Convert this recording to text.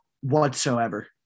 whatsoever